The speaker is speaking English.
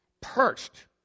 perched